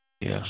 Yes